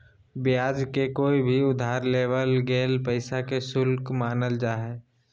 ब्याज के कोय भी उधार लेवल गेल पैसा के शुल्क मानल जा हय